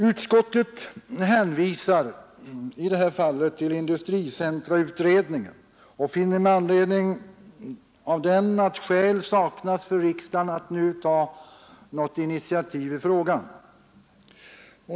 Utskottet hänvisar i detta fall till industricentrautredningen och finner att skäl saknas för riksdagen att nu ta något initiativ i frågan.